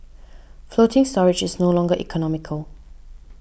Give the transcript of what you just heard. floating storage is no longer economical